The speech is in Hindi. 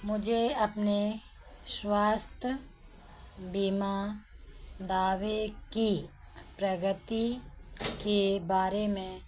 मुझे अपने स्वास्थ्य बीमा दावे की प्रगति के बारे में